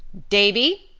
davy,